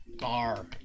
bar